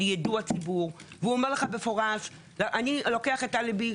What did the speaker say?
יידוע ציבור והוא אומר לך במפורש שהוא לוקח את אלנבי,